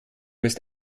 ist